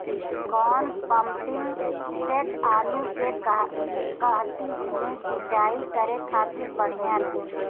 कौन pumping set आलू के कहती मे सिचाई करे खातिर बढ़िया रही?